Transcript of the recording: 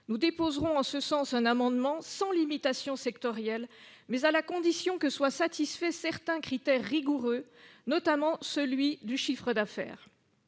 Nous déposerons en ce sens un amendement, sans limitation sectorielle, mais à la condition que soient satisfaits certains critères rigoureux, notamment celui du chiffre d'affaires.